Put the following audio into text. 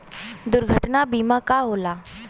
दुर्घटना बीमा का होला?